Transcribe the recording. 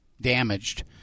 damaged